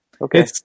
Okay